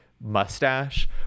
mustache